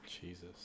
jesus